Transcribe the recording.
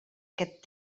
aquest